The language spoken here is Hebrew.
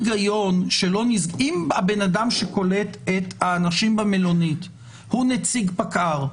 אם הבן אדם שקולט את האנשים במלונית הוא נציג פקע"ר,